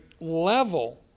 level